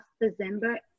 December